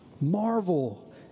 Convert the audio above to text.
marvel